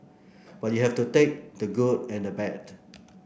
but you have to take the good and the bad